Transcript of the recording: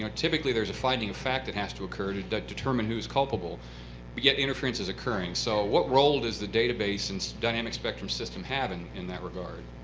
typically there's a finding of fact that has to occur to determine who's culpable, but yet interference is occurring. so what role does the database and dynamic spectrum system have and in that regard?